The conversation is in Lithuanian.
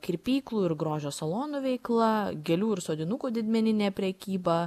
kirpyklų ir grožio salonų veikla gėlių ir sodinukų didmeninė prekyba